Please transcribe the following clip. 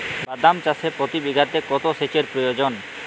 বাদাম চাষে প্রতি বিঘাতে কত সেচের প্রয়োজন?